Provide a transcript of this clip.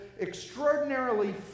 extraordinarily